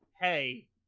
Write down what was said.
hey